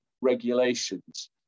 regulations